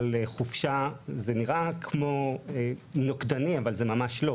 זה נראה כמו נוקדני אבל זה ממש לא.